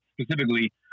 specifically